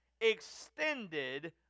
extended